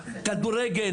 כדורגל,